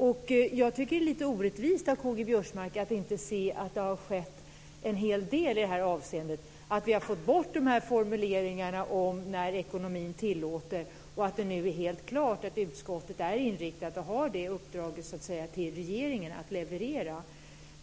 Jag tycker att det är lite orättvist av K-G Biörsmark att inte se att det har skett en hel del i det här avseendet, att vi har fått bort formuleringen "när ekonomin tillåter" och att det nu är helt klart att utskottet är inriktat på detta och har det uppdraget till regeringen att leverera.